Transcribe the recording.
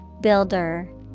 Builder